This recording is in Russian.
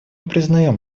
признаем